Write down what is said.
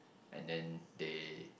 and then they